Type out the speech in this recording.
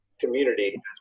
community